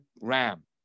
ram